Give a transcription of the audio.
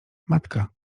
matka